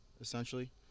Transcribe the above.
essentially